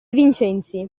vincenzi